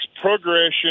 progression